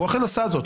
והוא אכן עשה זאת,